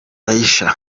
aisha